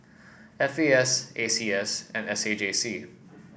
F A S A C S and S A J C